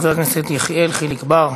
חבר הכנסת יחיאל חיליק בר,